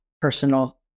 personal